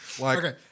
Okay